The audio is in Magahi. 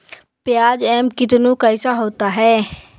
प्याज एम कितनु कैसा होता है?